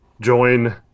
join